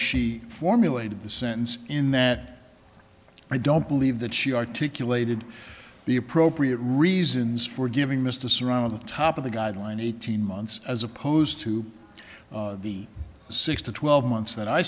she formulated the sentence in that i don't believe that she articulated the appropriate reasons for giving mr serrano the top of the guideline eighteen months as opposed to the six to twelve months that i